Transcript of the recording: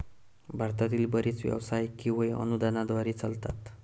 भारतातील बरेच व्यवसाय केवळ अनुदानाद्वारे चालतात